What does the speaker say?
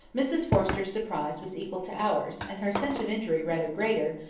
mrs forrester's surprise was equal to ours and her sense of injury rather greater,